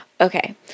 Okay